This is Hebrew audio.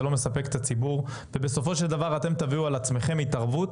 זה לא מספק את הציבור ובסופו של דבר אתם תביאו על עצמכם התערבות